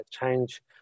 change